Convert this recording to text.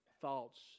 thoughts